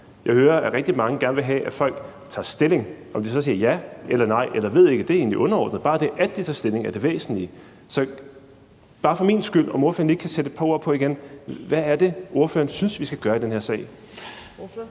Jeg hører, at rigtig mange gerne vil have, at folk tager stilling. Om de så siger ja eller nej eller ved ikke, er egentlig underordnet – bare det, at de tager stilling, er det væsentlige. Så kan ordføreren ikke bare for min skyld igen sætte et par ord på, hvad det er, ordføreren synes vi skal gøre i den her sag?